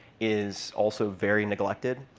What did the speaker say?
is also very neglected.